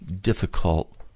difficult